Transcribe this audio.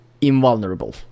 invulnerable